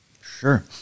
Sure